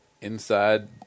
Inside